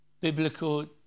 biblical